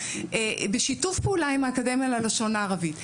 בשיתוף פעולה עם האקדמיה ללשון הערבית.